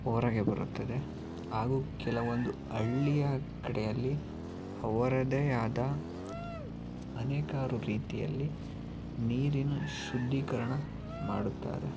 ಹೊರಗೆ ಬರುತ್ತದೆ ಹಾಗೂ ಕೆಲವೊಂದು ಹಳ್ಳಿಯ ಕಡೆಯಲ್ಲಿ ಅವರದ್ದೇ ಆದ ಅನೇಕಾರು ರೀತಿಯಲ್ಲಿ ನೀರಿನ ಶುದ್ಧೀಕರಣ ಮಾಡುತ್ತಾರೆ